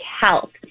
health